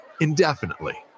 indefinitely